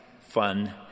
fun